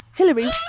Hillary